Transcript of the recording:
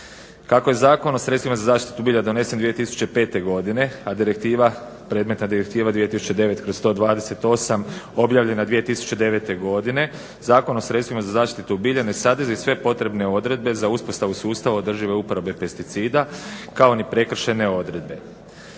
Kako je Zakon o sredstvima za zaštitu bilja donesen 2005. godine a direktiva, predmetna Direktiva 2009/128 objavljena 2009 godine zakon o sredstvima za zaštitu bilja ne sadrži sve potrebne odredbe za uspostavu sustava održive uporabe pesticida kao ni prekršajne odredbe.